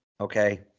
Okay